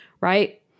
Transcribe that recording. Right